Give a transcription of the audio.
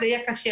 זה יהיה קשה.